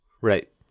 Right